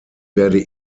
werde